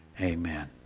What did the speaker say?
Amen